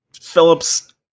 Phillip's